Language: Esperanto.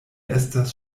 estas